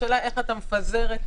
השאלה היא איך אתה מפזר את